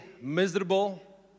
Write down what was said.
miserable